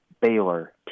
Baylor